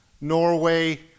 Norway